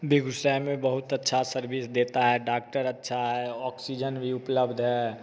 बेगूसराय में बहुत अच्छा सर्विस देता है डॉक्टर अच्छा है ऑक्सीजन भी उपलब्ध है